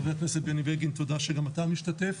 חבר הכנסת בני בגין, תודה שגם אתה משתתף.